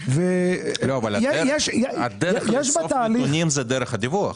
--- אבל הדרך לאסוף נתונים היא דרך הדיווח.